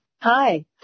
Hi